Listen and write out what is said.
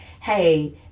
hey